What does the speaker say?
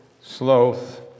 sloth